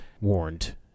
warned